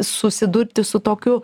susidurti su tokiu